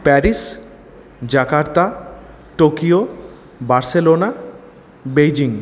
Paris Jakarta Tokyo Barcelona Beijing